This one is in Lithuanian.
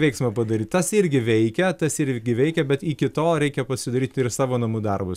veiksmą padaryt tas irgi veikia tas irgi veikia bet iki to reikia pasidaryt ir savo namų darbus